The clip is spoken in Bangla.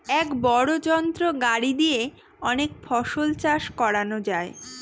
এক বড় যন্ত্র গাড়ি দিয়ে অনেক ফসল চাষ করানো যায়